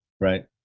Right